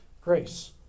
Grace